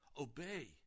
obey